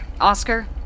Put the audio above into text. Oscar